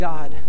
God